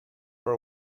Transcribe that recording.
for